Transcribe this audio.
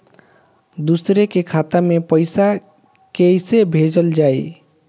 दूसरे के खाता में पइसा केइसे भेजल जाइ?